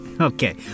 Okay